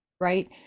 Right